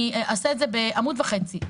אני אעשה את זה בעמוד וחצי.